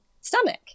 stomach